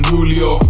Julio